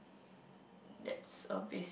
that's a basic